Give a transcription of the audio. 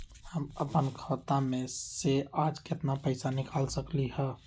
हम अपन खाता में से आज केतना पैसा निकाल सकलि ह?